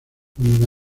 cuando